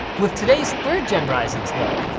with today's third gen rises though,